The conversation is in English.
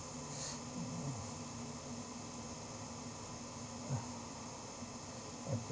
mm ah